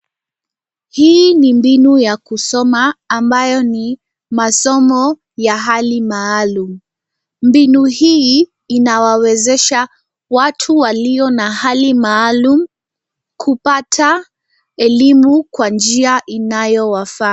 Hii ni mbinu ya kusoma ambayo ni masomo ya hali maalum. Mbinu hii inawawezesha watu walio na hali maalum kupata elimu kwa njia inayowafaa.